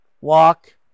walk